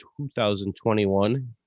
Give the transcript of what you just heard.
2021